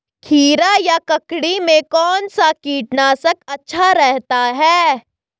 खीरा या ककड़ी में कौन सा कीटनाशक अच्छा रहता है?